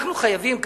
אנחנו חייבים,